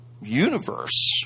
universe